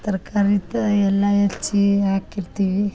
ತರಕಾರಿದ ಎಲ್ಲ ಹೆಚ್ಚಿ ಹಾಕಿರ್ತೀವಿ